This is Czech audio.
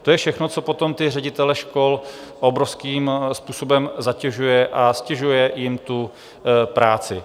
To je všechno, co potom ti ředitelé škol obrovským způsobem zatěžuje a ztěžuje jim tu práci.